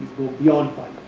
beyond five